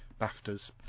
BAFTAs